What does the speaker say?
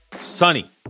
sunny